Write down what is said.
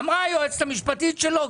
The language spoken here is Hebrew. אמרה היועצת המשפטית שלא,